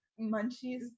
munchies